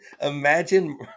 imagine